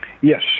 Yes